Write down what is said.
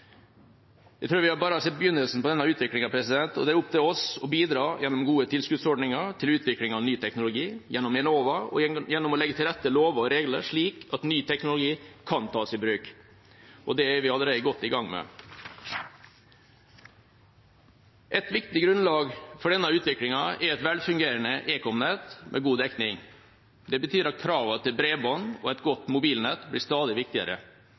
Jeg tror vi bare har sett begynnelsen på denne utviklingen, og det er opp til oss å bidra gjennom gode tilskuddsordninger til utvikling av ny teknologi, gjennom Enova og gjennom å legge til rette lover og regler slik at ny teknologi kan tas i bruk. Det er vi allerede godt i gang med. Et viktig grunnlag for denne utviklingen er et velfungerende ekomnett med god dekning. Det betyr at kravene til bredbånd og et godt mobilnett blir stadig viktigere.